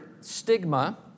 stigma